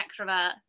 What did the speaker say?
extrovert